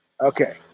Okay